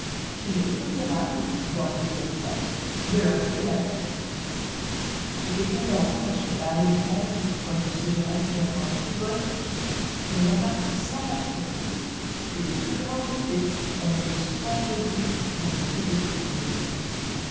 qu'il est préférable dans plusieurs cas de leur couper la tête si quelqu'un me reproche de parler d'épingles comme d'un sujet radicalement frivole qu'il remarque sans parti pris que les plus grands effets ont été souvent produits par les plus petites causes